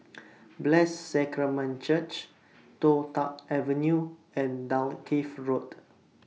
Blessed Sacrament Church Toh Tuck Avenue and Dalkeith Road